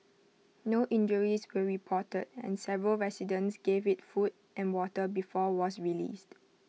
no injuries were reported and several residents gave IT food and water before was released